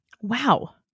Wow